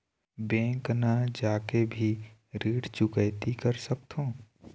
Bank न जाके भी ऋण चुकैती कर सकथों?